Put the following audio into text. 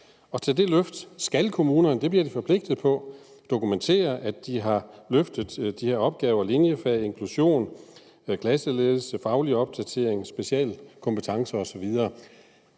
og til det løft skal kommunerne – det bliver de forpligtet til – dokumentere, at de har løftet de her opgaver: Linjefag, inklusion, klasseledelse, faglig opdatering, specialkompetencer osv.